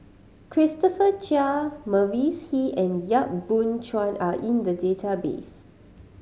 Christopher Chia Mavis Hee and Yap Boon Chuan are in the database